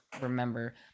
remember